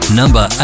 number